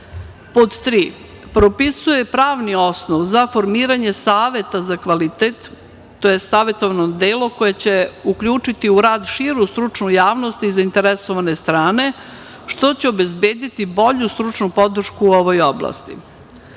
3. - Propisuje pravni osnov za formiranje saveta za kvalitet, tj. savetovno telo koje će uključiti u radi širu stručnu javnost i zainteresovane strane, što će obezbediti bolju stručnu podršku u ovoj oblasti. Pod